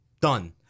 Done